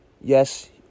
yes